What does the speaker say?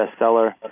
bestseller